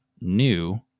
new